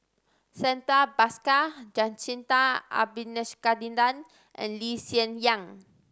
Santha Bhaskar Jacintha Abisheganaden and Lee Hsien Yang